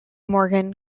morgan